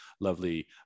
lovely